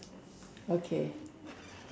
okay